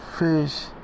fish